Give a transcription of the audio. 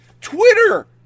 Twitter